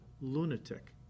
lunatic